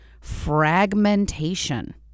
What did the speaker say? fragmentation